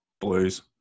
Blues